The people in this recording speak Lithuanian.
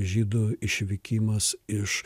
žydų išvykimas iš